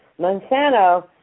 Monsanto